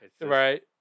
Right